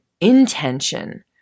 intention